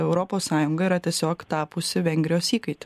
europos sąjunga yra tiesiog tapusi vengrijos įkaite